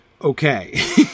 okay